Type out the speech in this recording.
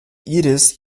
iris